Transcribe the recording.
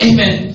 Amen